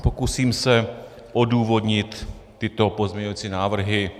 Pokusím se odůvodnit tyto pozměňovacími návrhy.